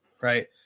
right